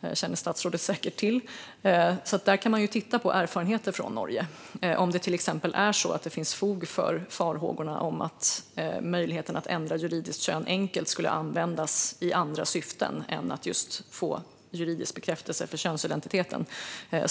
Detta känner statsrådet säkert till. Man kan titta på erfarenheter från Norge och se om det till exempel finns fog för farhågan att möjligheten att enkelt ändra juridiskt kön skulle kunna användas i andra syften än att få just juridisk bekräftelse av könsidentiteten.